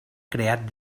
creat